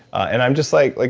and i'm just like, like